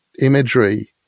imagery